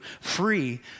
free